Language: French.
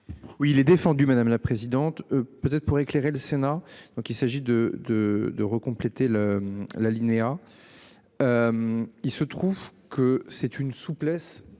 Oui il est défendu madame la présidente. Pour éclairer le Sénat. Donc il s'agit de de de recompléter le l'Linea. Il se trouve que c'est une souplesse.